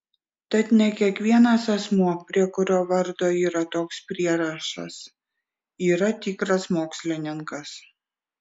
tad ne kiekvienas asmuo prie kurio vardo yra toks prierašas yra tikras mokslininkas